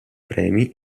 premi